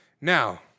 now